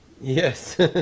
Yes